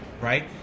right